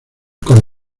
con